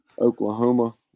Oklahoma